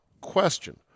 Question